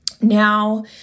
Now